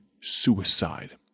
suicide